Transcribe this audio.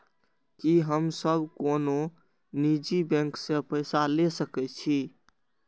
की हम सब कोनो निजी बैंक से पैसा ले सके छी?